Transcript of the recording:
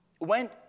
went